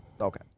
Okay